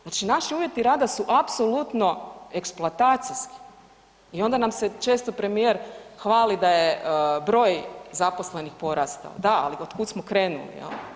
Znači naši uvjeti rada su apsolutno eksploatacijski i onda nam se često premijer hvali da je broj zaposlenih porastao, da ali od kud smo krenuli jel.